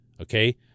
okay